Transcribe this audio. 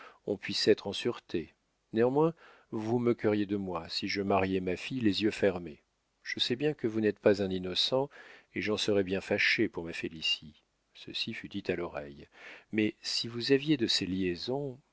on puisse être en sûreté néanmoins vous vous moqueriez de moi si je mariais ma fille les yeux fermés je sais bien que vous n'êtes pas un innocent et j'en serais bien fâchée pour ma félicie ceci fut dit à l'oreille mais si vous aviez de ces liaisons